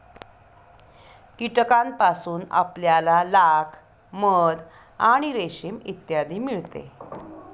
कीटकांपासून आपल्याला लाख, मध आणि रेशीम इत्यादी मिळते